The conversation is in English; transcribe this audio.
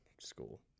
School